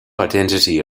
identity